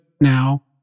now